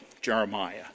Jeremiah